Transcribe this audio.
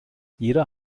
jeder